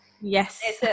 Yes